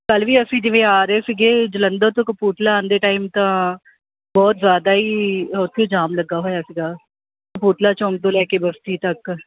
ਕੱਲ੍ਹ ਵੀ ਅਸੀਂ ਜਿਵੇਂ ਆ ਰਹੇ ਸੀਗੇ ਜਲੰਧਰ ਤੋਂ ਕਪੂਰਥਲਾ ਆਉਂਦੇ ਟਾਈਮ ਤਾਂ ਬਹੁਤ ਜ਼ਿਆਦਾ ਹੀ ਉੱਥੇ ਜਾਮ ਲੱਗਾ ਹੋਇਆ ਸੀਗਾ ਕਪੂਰਥਲਾ ਚੌਂਕ ਤੋਂ ਲੈ ਕੇ ਬਸਤੀ ਤੱਕ